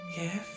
yes